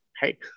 hey